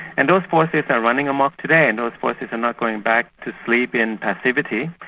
and those forces are running amok today, and those forces are not going back to sleep in passivity,